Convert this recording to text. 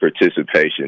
participation